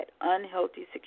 unhealthy